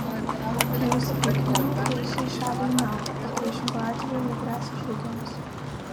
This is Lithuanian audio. jo įsitikinimu tai išeis šaliai į naudą o priešingu atveju jai gresia žlugimas